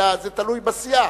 אלא זה תלוי בסיעה.